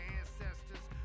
ancestors